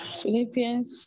Philippians